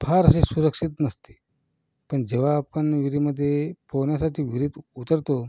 फार असे सुरक्षित नसते पण जेव्हा आपण विहिरीमध्ये पोहण्यासाठी विहिरीत उतरतो